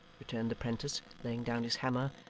returned the prentice, laying down his hammer,